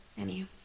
Anywho